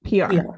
PR